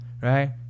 Right